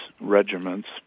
regiments